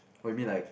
oh you mean like